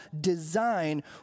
design